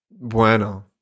Bueno